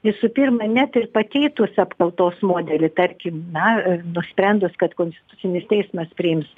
visų pirma net ir pakeitus apkaltos modelį tarkim na nusprendus kad konstitucinis teismas priims